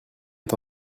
est